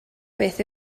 beth